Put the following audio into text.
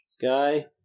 guy